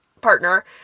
partner